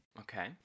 Okay